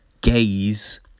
gaze